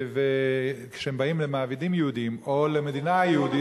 וכשהם באים למעבידים יהודים או למדינה יהודית,